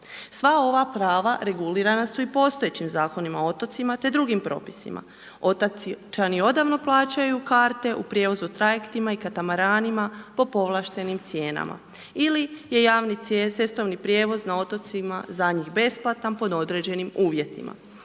Sva ova prava regulirana su i postojećim Zakonom o otocima te drugim propisima. Otočani odavno plaćaju karte u prijevozu trajektima i katamaranima po povlaštenim cijenama ili je javni cestovni prijevoz na otocima za njih besplatan pod određenim uvjetima.